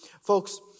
Folks